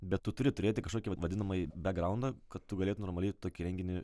bet tu turi turėti kažkokį vadinamąjį begraundą kad tu galėtum normaliai tokį renginį